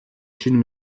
шинэ